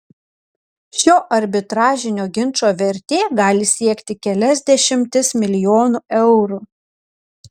šio arbitražinio ginčo vertė gali siekti kelias dešimtis milijonų eurų